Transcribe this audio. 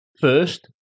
first